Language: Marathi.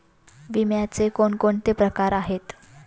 विम्याचे कोणकोणते प्रकार आहेत?